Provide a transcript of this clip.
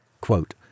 Quote